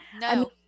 No